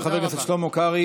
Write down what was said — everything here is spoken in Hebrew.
תודה רבה לחבר הכנסת שלמה קרעי.